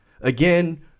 again